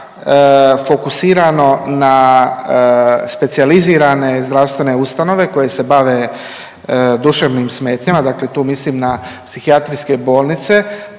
fokusirano na specijalizirane zdravstvene ustanove koje se bave duševnim smetnjama. Dakle, tu mislim na psihijatrijske bolnice.